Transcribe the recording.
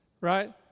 right